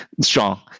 strong